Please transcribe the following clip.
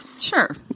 Sure